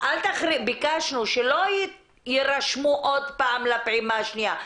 ביקשנו שלא יירשמו עוד פעם לפעימה השנייה.